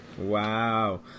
Wow